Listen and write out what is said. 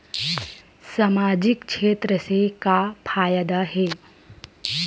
सामजिक क्षेत्र से का फ़ायदा हे?